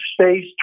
space